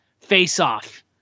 face-off